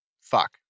fuck